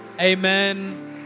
Amen